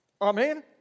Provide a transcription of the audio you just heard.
Amen